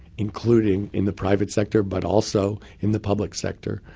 including in the private sector but also in the public sector,